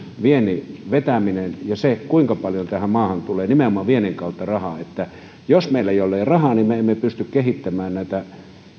viennin vetäminen ja se kuinka paljon tähän maahan tulee nimenomaan viennin kautta rahaa jos meillä ei ole rahaa niin me emme pysty kehittämään näitä